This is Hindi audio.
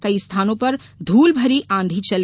कई स्थानों पर धूल भरी आंधी चली